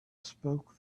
spoke